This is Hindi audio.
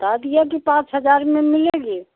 बता दिया कि पाँच हज़ार में मिलेगी